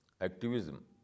activism